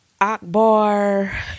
Akbar